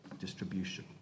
distribution